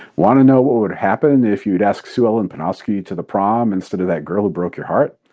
want to know what would have happened if you had asked sue ellen panofsky to the prom instead of that girl who broke your heart?